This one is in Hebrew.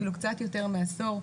אפילו קצת יותר מעשור,